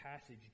passage